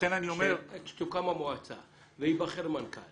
שתוקם המועצה וייבחר מנכ"ל